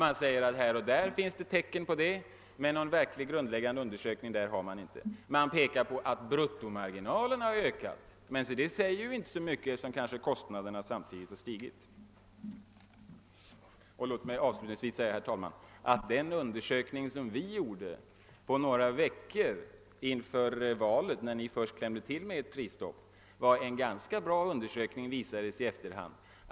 Man säger att det här och där finns tecken på detta, men någon verkligt grundläggande undersökning av nettomarginalerna har man inte gjort. Man pekar på att bruttomarginalerna har ökat, men det säger inte så mycket eftersom kostnaderna kanske samtidigt har stigit. Låt mig avslutningsvis konstatera, herr talman, att den undersökning som vi gjorde på några veckor inför valet, då regeringen först klämde till med prisstopp, var en ganska bra undersökning; det visade sig i efterhand.